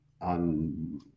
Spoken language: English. on